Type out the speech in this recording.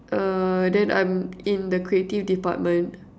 err then I'm in the creative department